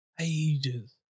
ages